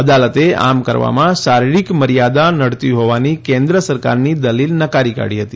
અદાલતે આમ કરવામાં શારીરિક મર્યાદા નડતી હોવાની કેન્દ્ર સરકારની દલીલ નકારી કાઢી હતી